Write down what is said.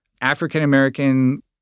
African-American